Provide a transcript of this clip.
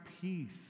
peace